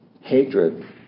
Hatred